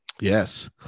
Yes